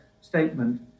statement